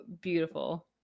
beautiful